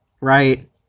right